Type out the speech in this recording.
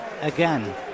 again